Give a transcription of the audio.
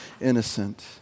innocent